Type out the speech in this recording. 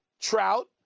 Trout